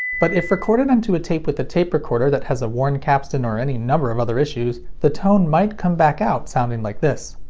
but if recorded onto a tape with a tape recorder that has a worn capstan or any number of other issues, the tone might come back out sounding like this.